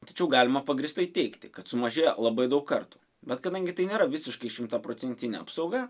tačiau galima pagrįstai teigti kad sumažėja labai daug kartų bet kadangi tai nėra visiškai šimtaprocentinė apsauga